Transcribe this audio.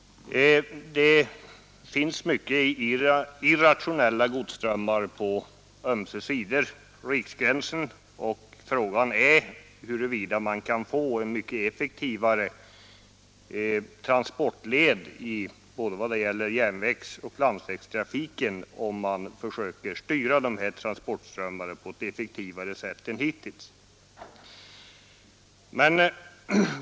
Det finns många irrationella godsströmmar på ömse sidor riksgränsen, och fråga är huruvida man kan få en mycket effektivare transportled i vad gäller både järnvägsoch landsvägstrafik om man försöker styra transportströmmarna på ett effektivare sätt än hittills.